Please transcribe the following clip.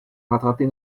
rattraper